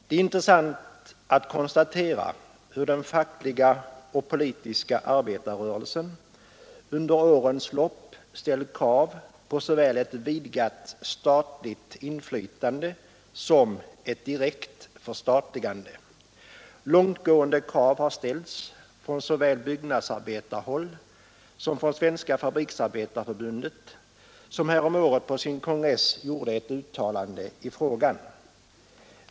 Det är intressant att konstatera hur den fackliga och politiska arbetarrörelsen under årens lopp ställt krav på såväl ett vidgat statligt inflytande som ett direkt förstatligande. Långtgående krav har ställts såväl från byggnadsarbetarhåll som från Svenska fabriksarbetareförbundet, som häromåret på sin kongress gjorde ett uttalande i frågan.